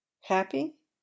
happy